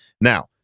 Now